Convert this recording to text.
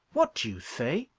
what do you say?